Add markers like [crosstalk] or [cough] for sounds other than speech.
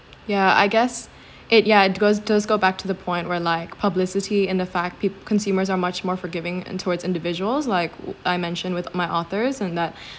yeah I guess [breath] it yeah it goes does go back to the point where like publicity and the fact peop~ consumers are much more forgiving and towards individuals like I mentioned with my authors and that